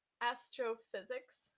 astrophysics